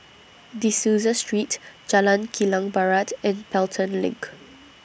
De Souza Street Jalan Kilang Barat and Pelton LINK